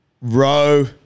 row